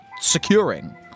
securing